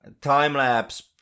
time-lapse